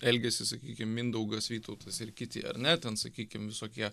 elgėsi sakykim mindaugas vytautas ir kiti ar ne ten sakykim visokie